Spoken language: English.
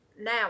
now